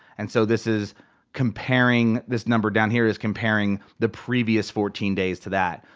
and so this is comparing, this number down here is comparing the previous fourteen days to that.